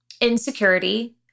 insecurity